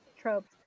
tropes